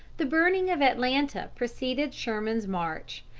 the burning of atlanta preceded sherman's march,